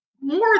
more